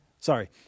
Sorry